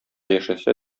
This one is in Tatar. яшәсә